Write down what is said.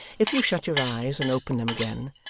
if you shut your eyes and open them again,